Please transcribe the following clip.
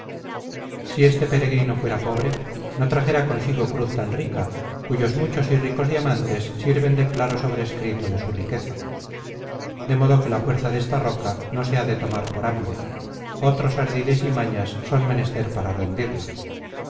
si este peregrino fuera pobre no trajera consigo cruz tan rica cuyos muchos y ricos diamantes sirven de claro sobrescrito de su riqueza de modo que la fuerza desta roca no se ha de tomar por hambre otros ardides y mañas son menester para rendirla